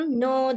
no